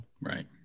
Right